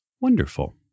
Wonderful